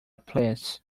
please